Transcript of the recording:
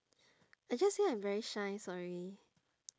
I just say I'm very shy sorry